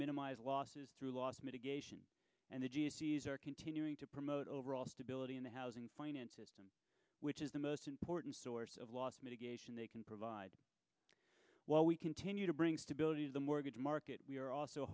minimize losses through loss mitigation and they are continuing to promote overall stability in the housing finance system which is the most important source of loss mitigation they can provide while we continue to bring stability to the mortgage market we are also